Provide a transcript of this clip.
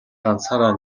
ганцаараа